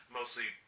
mostly